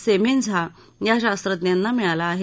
Semenza या शास्त्रज्ञांना मिळाला आहे